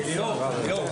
הישיבה